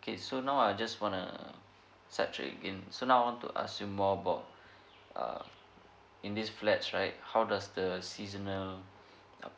okay so now I just want to side track again so now I want to ask you more about err in this flat right how does the seasonal